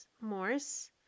Morse